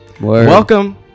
welcome